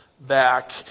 back